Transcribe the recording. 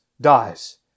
dies